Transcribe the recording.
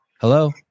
Hello